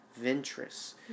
Ventress